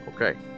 Okay